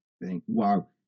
Wow